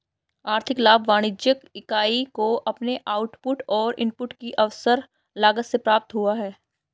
आर्थिक लाभ वाणिज्यिक इकाई को अपने आउटपुट और इनपुट की अवसर लागत से प्राप्त हुआ है